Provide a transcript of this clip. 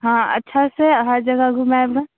हँ अच्छासँ हर जगह घुमाएब